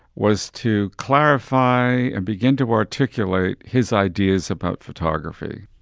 was to clarify and begin to articulate his ideas about photography.